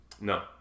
No